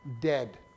dead